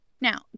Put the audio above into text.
Now